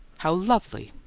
how lovely!